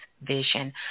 vision